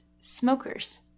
smokers